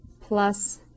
plus